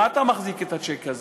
מה אתה מחזיק את הצ'ק הזה?